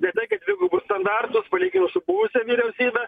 ne tai kad dvigubus standartus palyginus su buvusia vyriausybe